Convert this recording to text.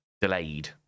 delayed